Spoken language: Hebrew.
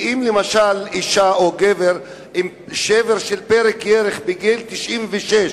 למשל, אשה או גבר עם שבר של פרק ירך בגיל 96,